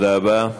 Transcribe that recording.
תודה רבה.